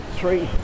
three